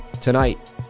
tonight